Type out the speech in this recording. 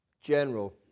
general